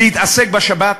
להתעסק בשבת?